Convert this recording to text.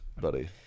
buddy